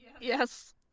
Yes